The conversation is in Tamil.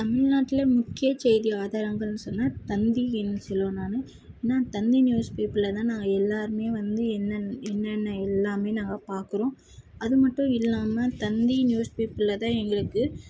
தமிழ்நாட்ல முக்கிய செய்தி ஆதாரங்கள்னு சொன்னால் தந்தி என்று சொல்வேன் நான் ஏன்னா தந்தி நியூஸ் பேப்பரில் தான் நான் எல்லோருமே வந்து என்னென்னு என்னென்ன எல்லாமே நாங்கள் பார்க்குறோம் அது மட்டும் இல்லாமல் தந்தி நியூஸ் பேப்பரில் தான் எங்களுக்கு